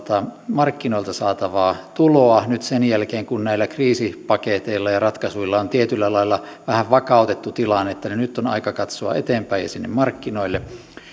markkinoilta saatavaa tuloa nyt sen jälkeen kun näillä kriisipaketeilla ja ratkaisuilla on tietyllä lailla vähän vakautettu tilannetta on aika katsoa eteenpäin ja sinne markkinoille